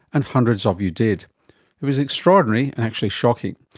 and hundreds of you did. it was extraordinary and actually shocking.